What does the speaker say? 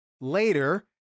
Later